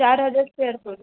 चार हजार स्क्वेअर फूट